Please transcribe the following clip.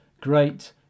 great